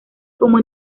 como